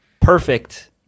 perfect